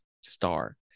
star